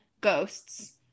ghosts